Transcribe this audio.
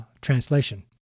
translation